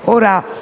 parto.